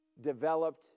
developed